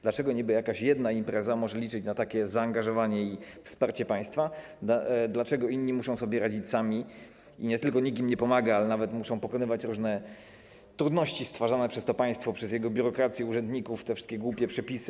Dlaczego niby jakaś jedna impreza może liczyć na takie zaangażowanie i wsparcie państwa, dlaczego inni muszą sobie radzić sami i nie tylko nikt im nie pomaga, ale nawet muszą pokonywać różne trudności stwarzane przez to państwo, przez jego biurokrację, urzędników, te wszystkie głupie przepisy.